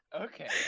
Okay